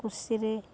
କୃଷିରେ